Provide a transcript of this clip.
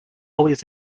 always